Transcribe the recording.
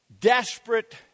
desperate